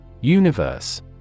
Universe